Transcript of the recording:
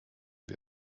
wir